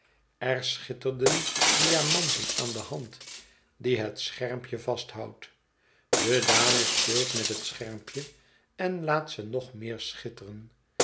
er schitterden diamanten aan de hand die het schermpje vasthoudt de dame speelt met het schermpje en laat ze nog meer schitteren